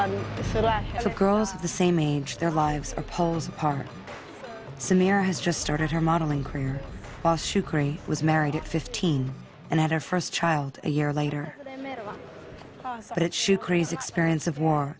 that the girls of the same age their lives are poles apart samir has just started her modeling career was married at fifteen and had her first child a year later but it sure craze experience of war